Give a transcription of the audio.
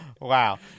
Wow